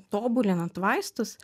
tobulinant vaistus